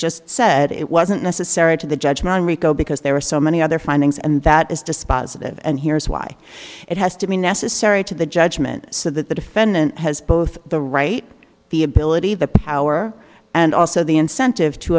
just said it wasn't necessary to the judge manrico because there are so many other findings and that is dispositive and here's why it has to be necessary to the judgment so that the defendant has both the right the ability the power and also the incentive to